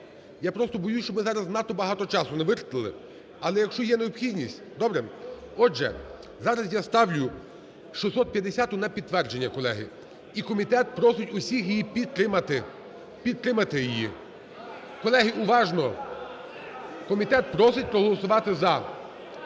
Я просто боюсь, щоб ми зараз надто багато часу не витратили. Але якщо є необхідність, добре? Отже, зараз я ставлю 650 на підтвердження, колеги, і комітет просить усіх, її підтримати. Підтримати її. Колеги, уважно. Комітет просить проголосувати "за",